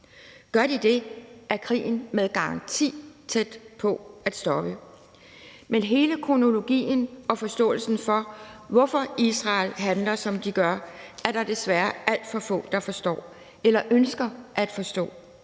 Gør de det, er krigen med garanti tæt på at stoppe. Men hele kronologien og forståelsen for, hvorfor Israel handler, som de gør, er der desværre alt for få der forstår eller ønsker at forstå.